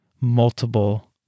multiple